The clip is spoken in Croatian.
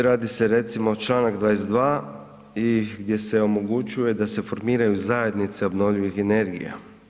Radi se recimo članak 22. gdje se omogućuje da se formiraju zajednice obnovljivih energija.